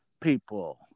people